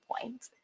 point